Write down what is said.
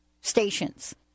stations